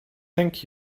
thank